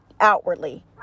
outwardly